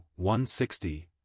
160